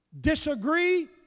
Disagree